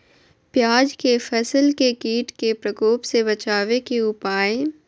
प्याज के फसल के कीट के प्रकोप से बचावे के उपाय?